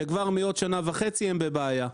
וכבר החל מעוד שנה וחצי הם יהיו בבעיה.